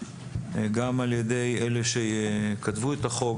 גם על ידי אלה שכתבו את החוק,